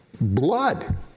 blood